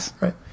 Right